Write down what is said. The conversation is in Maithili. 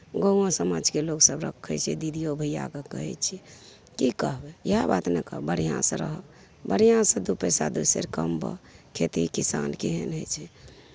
गामो समाजके लोकसभ रखै छै दिदिओ भइआकेँ कहै छिए कि कहबै इएह बात ने कहबै बढ़िआँसे रहऽ बढ़िआँसे दुइ पइसा दुइ सेर कमबऽ खेती किसान केहन होइ छै